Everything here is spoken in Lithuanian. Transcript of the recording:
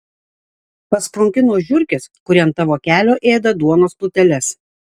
pasprunki nuo žiurkės kuri ant tavo kelio ėda duonos pluteles